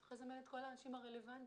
צריך לזמן את כל האנשים הרלוונטיים.